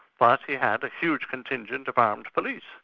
but he had a huge contingent of armed police.